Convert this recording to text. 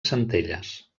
centelles